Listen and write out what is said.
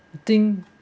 I think